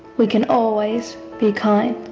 we can always be kind.